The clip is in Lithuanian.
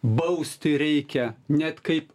bausti reikia net kaip